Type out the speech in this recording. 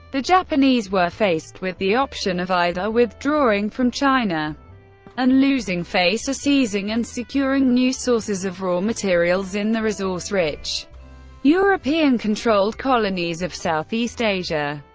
the japanese were faced with the option of either withdrawing from china and losing face or seizing and securing new sources of raw materials in the resource-rich, european-controlled colonies of southeast asia.